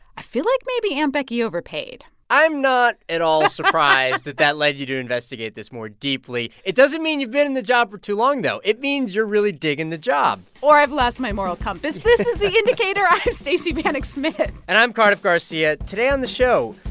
i feel like maybe aunt becky overpaid i'm not at all surprised that that led you to investigate this more deeply. it doesn't mean you've been in the job for too long, though. it means you're really digging the job or i've lost my moral compass. this is the indicator. i'm stacey vanek smith and i'm cardiff garcia. today on the show,